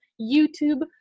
YouTube